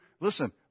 listen